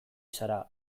zara